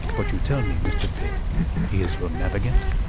but you tell me mr. pitt he is your navigant?